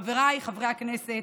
חבריי חברי הכנסת,